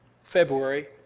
February